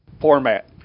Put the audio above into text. format